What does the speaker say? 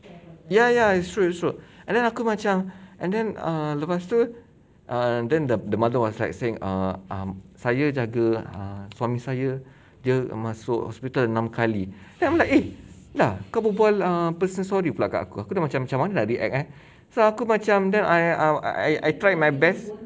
ya ya it's true it's true and then aku macam and then err lepas tu err then the mother was like saying err um saya jaga err suami saya dia masuk hospital enam kali then I'm like eh kamu bual err personal story pula kat aku aku dah macam macam mana nak react ah so aku macam then I I try my best